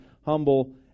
humble